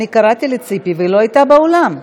אני קראתי לציפי והיא לא הייתה באולם,